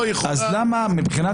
לשון